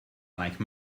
like